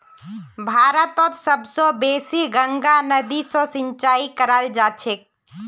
भारतत सब स बेसी गंगा नदी स सिंचाई कराल जाछेक